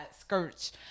skirts